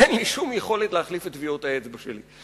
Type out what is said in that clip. אין לי שום יכולת להחליף את טביעות האצבע שלי,